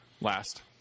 last